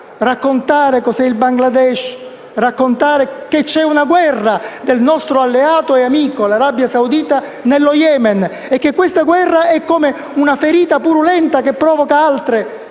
raccontare cos'è il Bangladesh, che c'è una guerra della nostra alleata e amica Arabia Saudita nello Yemen e che questa guerra è come una ferita purulenta che provoca altre